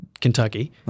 Kentucky